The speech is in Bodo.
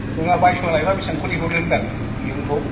नङा बायसनानै लायोब्ला बिसिबां खरि हरो होनदां मैगंखौ